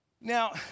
Now